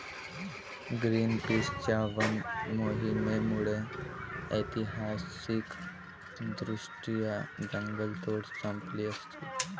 ग्रीनपीसच्या वन मोहिमेमुळे ऐतिहासिकदृष्ट्या जंगलतोड संपली असती